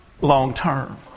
long-term